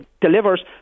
delivers